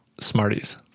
Smarties